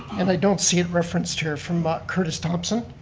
and i don't see it referenced here from curtis thomsen.